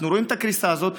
אנחנו רואים את הקריסה הזאת.